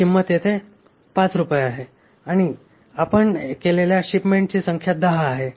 ही किंमत येथे 5 रुपये आहे आणि आपण केलेल्या शिपमेंटची संख्या 10 आहे